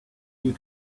you